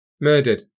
Murdered